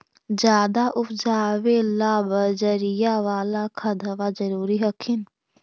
ज्यादा उपजाबे ला बजरिया बाला खदबा जरूरी हखिन न?